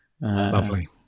Lovely